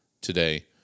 today